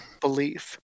belief